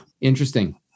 Interesting